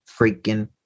freaking